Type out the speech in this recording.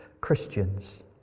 Christians